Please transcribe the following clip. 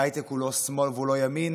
ההייטק הוא לא שמאל והוא לא ימין,